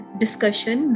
discussion